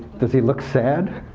does he look sad?